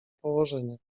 położenie